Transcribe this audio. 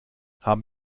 haben